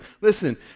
listen